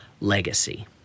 legacy